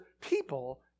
people